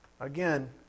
Again